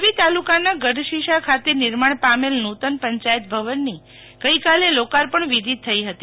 માંડવી તાલુકાનાં ગઢશીશા ખાતે નિર્માણ પામેલ નુતન પંચાયત ભવનની ગઈકાલે લોકાર્પણ વિધિ થઇ હતી